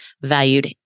valued